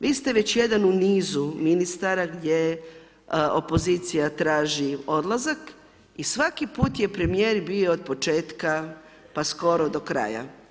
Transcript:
Vi ste već jedan u nizu ministara gdje opozicija traži odlazak i svaki put je premijer bio od početka pa skoro do kraja.